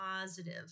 positive